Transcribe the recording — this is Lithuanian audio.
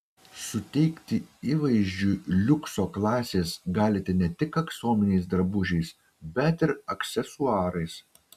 suteikti įvaizdžiui liukso klasės galite ne tik aksominiais drabužiais bet ir aksesuarais